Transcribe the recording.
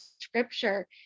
scripture